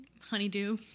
Honeydew